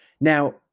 Now